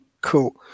Cool